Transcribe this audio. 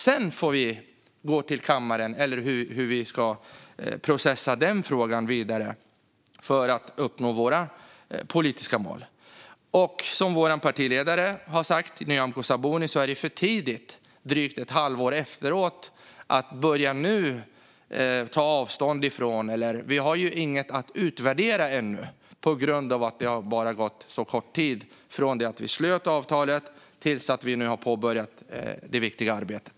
Sedan får vi gå till kammaren, eller hur vi nu ska processa frågan vidare för att uppnå våra politiska mål. Som vår partiledare Nyamko Sabuni har sagt är det för tidigt att ett drygt halvår efteråt börja ta avstånd. Vi har ju inget att utvärdera ännu, på grund av att det har gått så kort tid från det att vi slöt avtalet till att vi nu har påbörjat det viktiga arbetet.